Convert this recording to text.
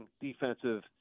defensive